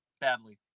badly